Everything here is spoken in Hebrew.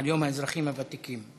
ליום האזרחים הוותיקים.